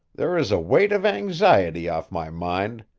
there is a weight of anxiety off my mind.